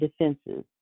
defenses